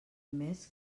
més